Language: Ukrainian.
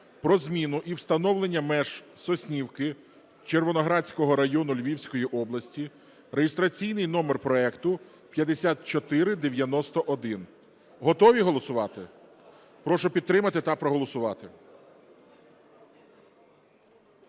про зміну і встановлення меж Соснівки Червоноградського району Львівської області (реєстраційний номер проекту 5491). Готові голосувати? Прошу підтримати та проголосувати.